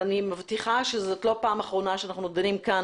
אני מבטיחה שזאת לא פעם אחרונה שאנחנו דנים כאן